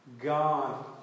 God